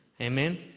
Amen